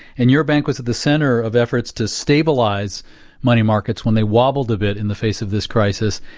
and your bank was at the center of efforts to stabilize money markets when they wobbled a bit in the face of this crisis.